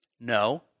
No